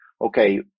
okay